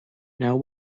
now